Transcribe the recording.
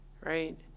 Right